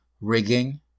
rigging